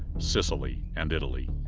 sicily, and italy.